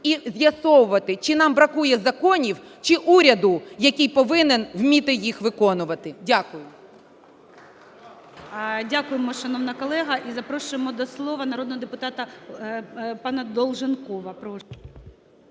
і з'ясовувати, чи нам бракує законів, чи уряду, який повинен вміти їх виконувати. Дякую. ГОЛОВУЮЧИЙ. Дякуємо, шановна колега. І запрошуємо до слова народного депутата панаДолженкова.